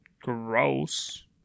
gross